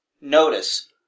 notice